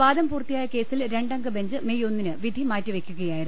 വാദം പൂർത്തിയായ കേസിൽ രണ്ടംഗ ബെഞ്ച് മെയ് ഒന്നിന് വിധി മാറ്റിവെക്കുകയായിരുന്നു